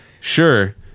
sure